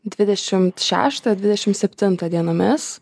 dvidešimt šeštą dvidešimt septintą dienomis